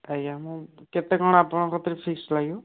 ଆଜ୍ଞା ମୁଁ କେତେ କ'ଣ ଆପଣଙ୍କ କତିରେ ଫିସ୍ ଲାଗିବ